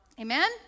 Amen